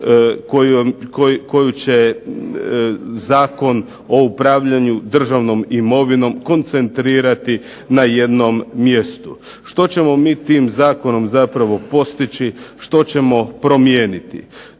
koju će Zakon o upravljanju državnom imovinom koncentrirati na jednom mjestu. Što ćemo mi tim zakonom zapravo postići, što ćemo promijeniti?